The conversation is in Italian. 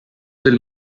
del